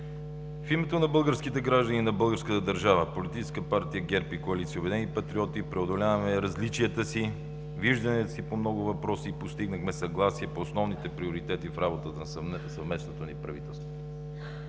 В името на българските граждани и на българската държава Политическа партия ГЕРБ и коалиция „Обединени патриоти“ преодоляваме различията си, вижданията си по много въпроси – постигнахме съгласие по основните приоритети в работата на съвместното ни правителство.